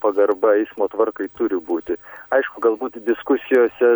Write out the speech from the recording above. pagarba eismo tvarkai turi būti aišku galbūt diskusijose